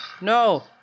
No